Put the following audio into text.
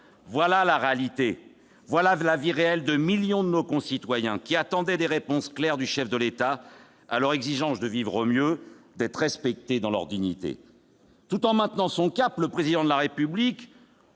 Voilà la réalité ! Voilà la vie réelle de millions de nos concitoyens, qui attendaient des réponses claires du chef de l'État à leur exigence de vivre mieux, d'être respectés dans leur dignité. Tout en maintenant son cap, le Président de la République,